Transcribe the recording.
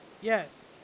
Yes